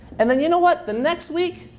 and then you know what? the next week,